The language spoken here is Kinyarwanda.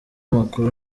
amakuru